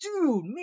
dude